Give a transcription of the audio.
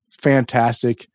fantastic